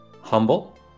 humble